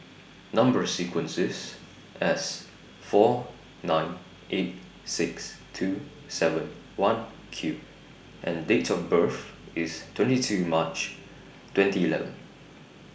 Number sequence IS S four nine eight six two seven one Q and Date of birth IS twenty two March twenty eleven